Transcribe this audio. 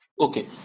okay